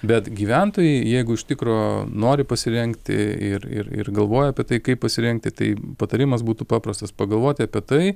bet gyventojai jeigu iš tikro nori pasirengti ir ir ir galvoja apie tai kaip pasirengti tai patarimas būtų paprastas pagalvoti apie tai